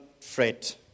fret